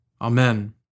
Amen